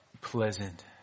pleasant